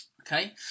Okay